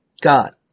God